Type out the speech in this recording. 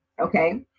okay